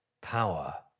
power